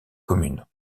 commune